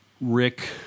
Rick